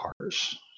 cars